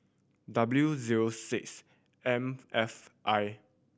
W zero six M F I